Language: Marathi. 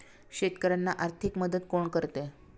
शेतकऱ्यांना आर्थिक मदत कोण करते?